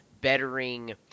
bettering